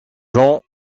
jean